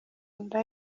nda